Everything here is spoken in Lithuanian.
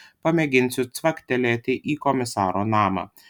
pamėginsiu cvaktelėti į komisaro namą